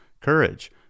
courage